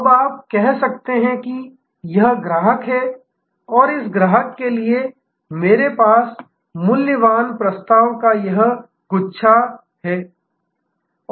अब आप कह सकते हैं यह ग्राहक है और इस ग्राहक के लिए मेरे पास मूल्य प्रस्ताव का यह गुच्छा है